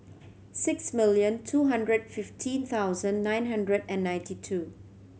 six million two hundred fifteen thousand nine hundred and ninety two